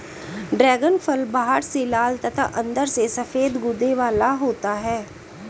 dragon फल बाहर से लाल तथा अंदर से सफेद गूदे वाला होता है